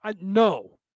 No